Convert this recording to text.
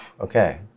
Okay